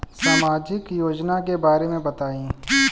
सामाजिक योजना के बारे में बताईं?